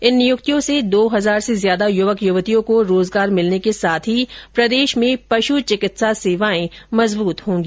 इन नियुक्तियों से दो हजार से ज्यादा युवक युवतियों को रोजगार मिलने के साथ प्रदेश में पशु चिकित्सा सेवाएं मजबूत होंगी